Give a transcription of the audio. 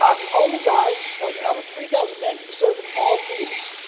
um the only guy out of three thousand men who served in all three units,